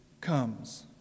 comes